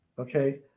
okay